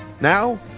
Now